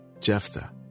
Jephthah